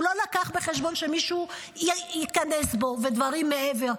הוא לא הביא בחשבון שמישהו ייכנס בו ודברים מעבר.